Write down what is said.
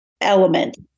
element